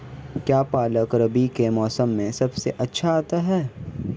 क्या पालक रबी के मौसम में सबसे अच्छा आता है?